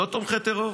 לא תומכי טרור.